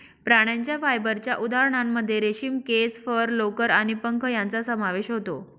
प्राण्यांच्या फायबरच्या उदाहरणांमध्ये रेशीम, केस, फर, लोकर आणि पंख यांचा समावेश होतो